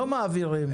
לא מעבירים.